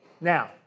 Now